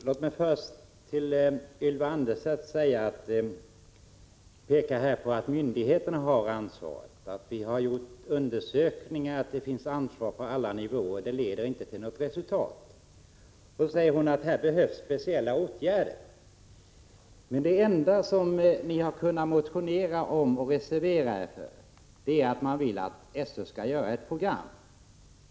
Herr talman! Låt mig först för Ylva Annerstedt få påpeka att myndigheterna här har ansvaret. Vi har gjort undersökningar som visat att det finns ansvar på alla nivåer. Det leder inte till något resultat. Ylva Annerstedt säger att det på detta område behövs speciella åtgärder. Men det enda som ni har kunnat motionera om och reservera er till förmån för är kravet på att SÖ skall utarbeta ett program.